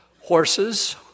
horses